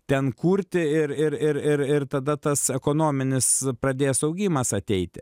ten kurti ir ir ir ir ir tada tas ekonominis pradės augimas ateiti